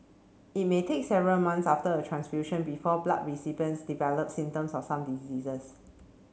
it may take several months after a transfusion before blood recipients develop symptoms of some diseases